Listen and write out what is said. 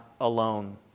alone